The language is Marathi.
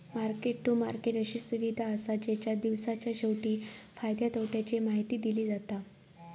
मार्केट टू मार्केट अशी सुविधा असा जेच्यात दिवसाच्या शेवटी फायद्या तोट्याची माहिती दिली जाता